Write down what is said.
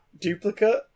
duplicate